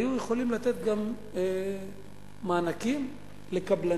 היינו יכולים לתת גם מענקים לקבלנים,